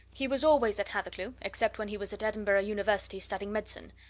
he was always at hathercleugh, except when he was at edinburgh university studying medicine.